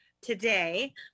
today